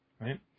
Right